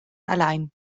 allein